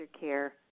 Care